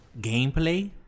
gameplay